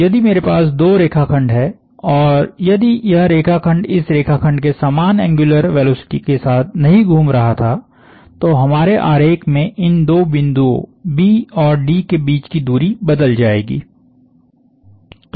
तो यदि मेरे पास दो रेखाखंड हैं और यदि यह रेखा खंड इस रेखाखंड के समान एंग्युलर वेलोसिटी के साथ नहीं घूम रहा था तो हमारे आरेख में इन दो बिंदुओं B और D के बीच की दूरी बदल जाएगी